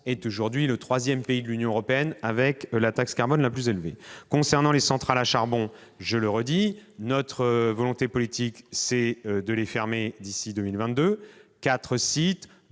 situe aujourd'hui au troisième rang des pays de l'Union européenne qui ont la taxe carbone la plus élevée. En ce qui concerne les centrales à charbon, je le redis, notre volonté politique est de les fermer d'ici à 2022. Quatre sites,